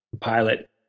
pilot